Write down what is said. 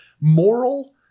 moral –